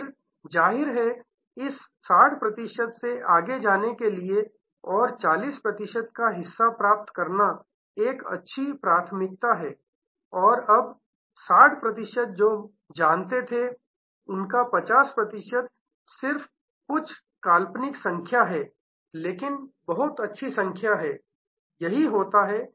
फिर जाहिर है इस 60 प्रतिशत से आगे जाने के लिए और 40 प्रतिशत का हिस्सा प्राप्त करना एक अच्छी प्राथमिकता है अब 60 प्रतिशत जो जानते थे 50 प्रतिशत यह सिर्फ कुछ काल्पनिक संख्या है लेकिन बहुत अच्छी संख्या है यही होता है